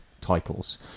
titles